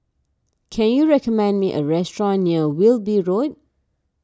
can you recommend me a restaurant near Wilby Road